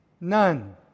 None